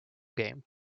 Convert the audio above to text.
game